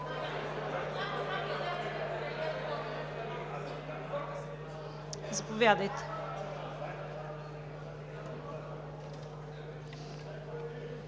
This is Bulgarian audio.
Заповядайте.